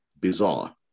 bizarre